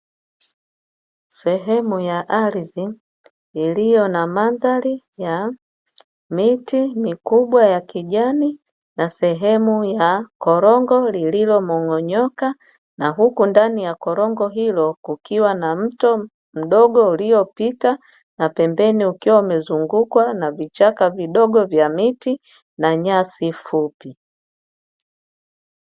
Sehemu ya ardhi iliyo na mandhari ya miti mikubwa ya kijani na sehemu ya korongo lililomomonyoka, na huko ndani ya korongo hilo kukiwa na mto mdogo uliopita, na pembeni ukiwa umezungukwa na vichaka vidogo vya miti na nyasi fupi.